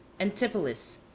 Antipolis